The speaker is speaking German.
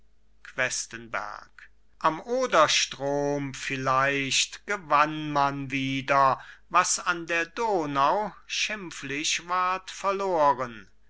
questenberg am oderstrom vielleicht gewann man wieder was an der donau schimpflich ward verloren